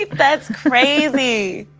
that's crazy